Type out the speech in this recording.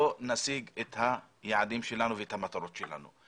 נשיג את היעדים שלנו ואת המטרות שלנו.